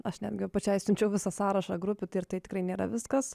aš netgi pačiai siunčiau visą sąrašą grupių tai ir tai tikrai nėra viskas